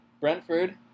Brentford